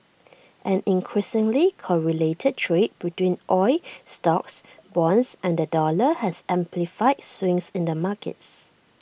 an increasingly correlated trade between oil stocks bonds and the dollar has amplified swings in the markets